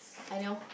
I know